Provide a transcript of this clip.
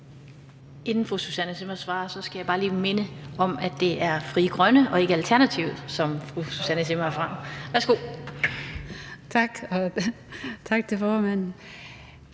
Inden fru Susanne Zimmer svarer, skal jeg bare lige minde om, at det er Frie Grønne og ikke Alternativet, som fru Susanne Zimmer kommer fra. Værsgo. Kl. 12:05 Susanne